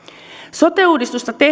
sote uudistusta